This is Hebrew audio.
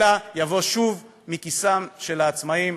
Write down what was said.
אלא יבוא, שוב, מכיסם של העצמאים,